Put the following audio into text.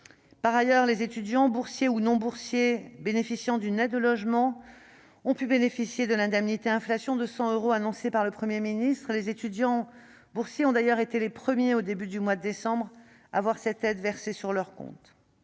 Par ailleurs les étudiants boursiers et ceux qui, sans être boursiers, bénéficient d'une aide au logement ont pu toucher l'indemnité inflation de 100 euros annoncée par le Premier ministre. Les étudiants boursiers ont d'ailleurs été les premiers, au début du mois de décembre, à voir cette aide versée sur leur compte.